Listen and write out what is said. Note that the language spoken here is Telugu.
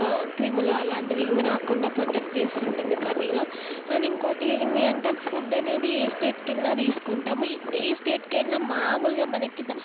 క్రిములు అలాంటివి ఏమి రాకుండా ప్రొటెక్ట్ చేస్తూ ఉంటుంది కర్రీలో అండ్ ఇంకోటి ఏంటి అంటే ఫుడ్ అనేది ఏ స్టేట్కెళ్లిన తీసుకుంటాము ఏ స్టేట్కెళ్లిన మామూలుగా మనకి